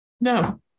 no